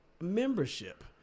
membership